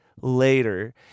Later